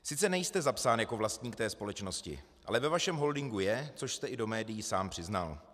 Sice nejste zapsán jako vlastník té společnosti, ale ve vašem holdingu je, což jste i do médií sám přiznal.